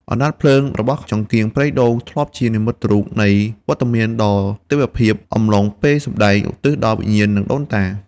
ពន្លឺពីចង្កៀងប្រេងដូងមានកម្ដៅ និងពន្លឺធម្មជាតិដែលផ្តល់អារម្មណ៍បែបបុរាណ និងសិល្បៈប្រពៃណី។